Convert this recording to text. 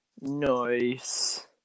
Nice